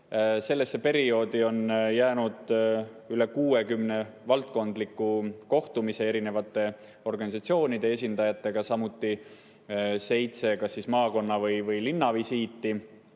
Sellesse perioodi on jäänud üle 60 valdkondliku kohtumise erinevate organisatsioonide esindajatega, samuti seitse kas maakonna‑ või linnavisiiti.